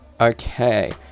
Okay